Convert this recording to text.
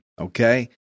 okay